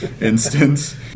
instance